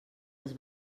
els